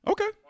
Okay